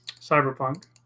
cyberpunk